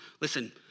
Listen